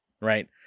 Right